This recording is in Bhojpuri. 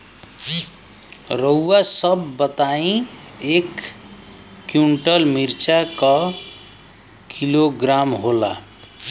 रउआ सभ बताई एक कुन्टल मिर्चा क किलोग्राम होला?